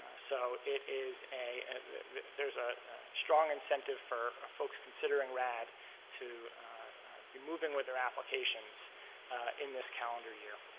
so it is a there's a strong incentive for ah folks considering rad to be moving with their applications in this calendar year.